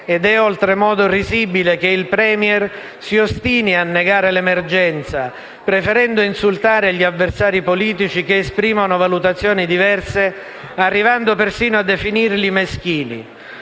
Ed è oltremodo risibile che il *Premier* si ostini a negare l'emergenza, preferendo insultare gli avversari politici che esprimono valutazioni diverse, arrivando persino a definirli meschini.